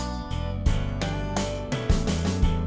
on my goodness